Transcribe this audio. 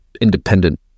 independent